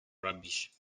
rubbish